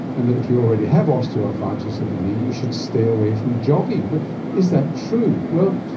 and that if you already have osteoarthritis of the knee, you should stay away from jogging. but is that true? well,